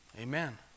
Amen